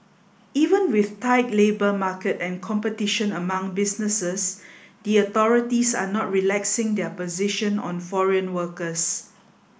even with tight labour market and competition among businesses the authorities are not relaxing their position on foreign workers